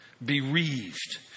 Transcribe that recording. bereaved